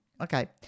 Okay